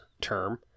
term